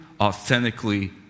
authentically